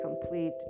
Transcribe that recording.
complete